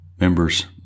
members